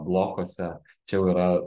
blokuose čia jau yra